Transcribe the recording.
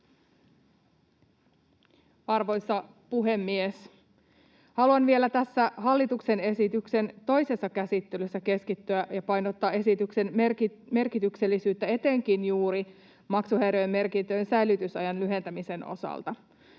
Arvoisa puhemies! Haluan vielä tässä hallituksen esityksen toisessa käsittelyssä keskittyä ja painottaa esityksen merkityksellisyyttä etenkin juuri maksuhäiriömerkintöjen säilytysajan lyhentämisen osalta.